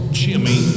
jimmy